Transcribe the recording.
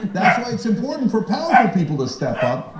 that's why it's important for powerful people to step up,